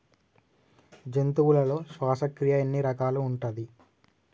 జంతువులలో శ్వాసక్రియ ఎన్ని రకాలు ఉంటది?